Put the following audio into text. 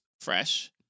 fresh